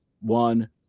one